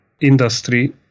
industry